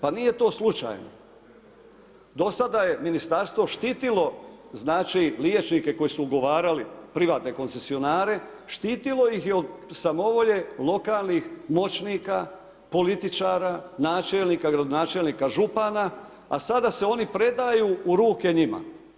Pa nije to slučajno, do sada je ministarstvo štitilo znači liječnike koji su ugovarali privatne koncesionare, štitilo ih je od samovolje lokalnih moćnika, političara, načelnika, gradonačelnika, župana a sada se oni predaju u ruke njima.